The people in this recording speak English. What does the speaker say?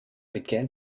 began